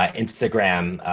um instagram,